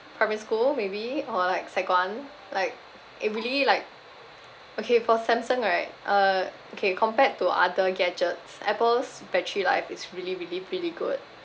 primary school maybe or like sec one like it really like okay for samsung right uh okay compared to other gadgets Apple's battery life is really really pretty good